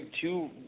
two